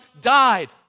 died